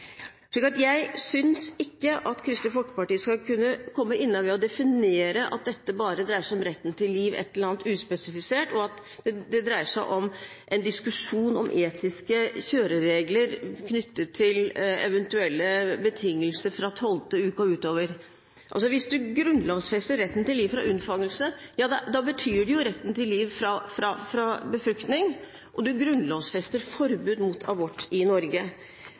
Jeg synes ikke at Kristelig Folkeparti skal kunne komme unna med å definere at dette bare dreier seg om retten til liv – et eller annet uspesifisert – og at det dreier seg om en diskusjon om etiske kjøreregler knyttet til eventuelle betingelser fra tolvte uke og utover. Hvis du grunnlovfester retten til liv fra unnfangelse, ja, da betyr det jo retten til liv fra befruktning, og du grunnlovfester forbud mot abort i Norge.